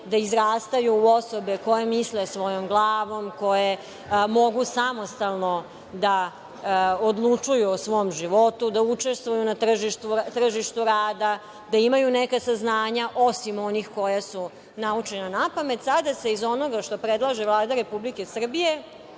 da izrastaju u osobe koje misle svojom glavom, koje mogu samostalno da odlučuju o svom životu, da učestvuju na tržištu rada, da imaju neka saznanja, osim onih koja su naučena napamet, sada se iz onoga što predlaže Vlada Republike Srbije